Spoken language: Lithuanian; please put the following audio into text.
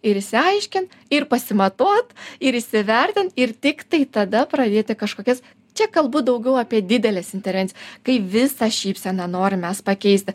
ir išsiaiškint ir pasimatuot ir įsivertint ir tiktai tada pradėti kažkokias čia kalbu daugiau apie dideles intervencija kai visą šypseną norim mes pakeisti